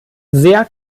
sehr